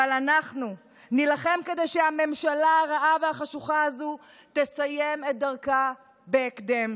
אבל אנחנו נילחם כדי שהממשלה הרעה והחשוכה הזאת תסיים את דרכה בהקדם,